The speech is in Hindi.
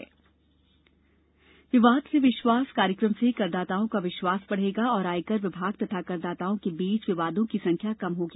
आयकर विभाग मीडिया संवाद विवाद से विश्वास कार्यक्रम से करदाताओं का विश्वास बढ़ेगा और आयकर विभाग तथा करदाताओं के बीच विवादों की संख्या कम होगी